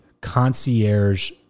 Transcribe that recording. concierge